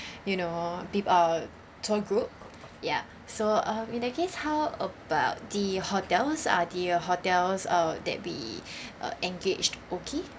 you know pe~ uh tour group ya so uh in that case how about the hotels are the hotels uh that we uh engaged okay